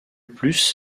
plus